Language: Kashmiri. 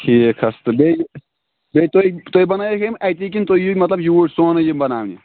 ٹھیٖک حظ تہٕ بیٚیہِ بیٚیہِ تُہۍ تُہۍ بَنٲوِو یِم اَتی کِنہٕ تُہۍ یِیِو مطلب یوٗرۍ سونٕے یِم بَناونہِ